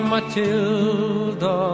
Matilda